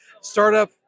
Startup